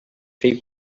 three